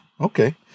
Okay